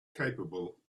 capable